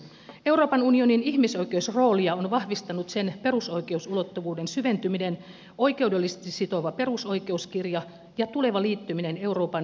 euroopan unionin ihmisoikeusroolia on vahvistanut sen perusoikeusulottuvuuden syventyminen oikeudellisesti sitova perusoikeuskirja ja tuleva liittyminen euroopan ihmisoikeussopimukseen